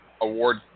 award